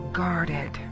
guarded